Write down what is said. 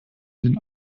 den